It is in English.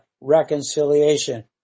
reconciliation